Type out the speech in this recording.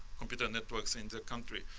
computer network things a country.